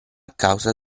causa